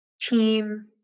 team